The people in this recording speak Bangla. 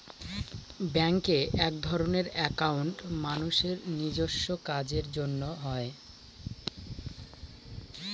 ব্যাঙ্কে একধরনের একাউন্ট মানুষের নিজেস্ব কাজের জন্য হয়